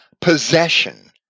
possession